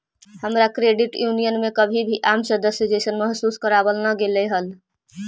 हमरा credit union में कभी भी आम सदस्य जइसन महसूस न कराबल गेलई हल